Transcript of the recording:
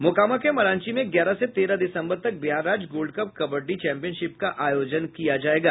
मोकामा के मरांची में ग्यारह से तेरह दिसम्बर तक बिहार राज्य गोल्ड कप कबड्डी चैम्पियनशिप का आयोजन किया जायेगा